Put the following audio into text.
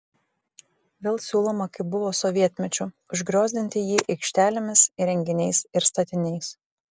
vėl siūloma kaip buvo sovietmečiu užgriozdinti jį aikštelėmis įrenginiais ir statiniais